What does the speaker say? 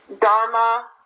Dharma